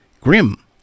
Grim